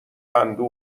اندوه